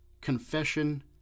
confession